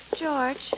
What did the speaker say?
George